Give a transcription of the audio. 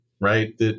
right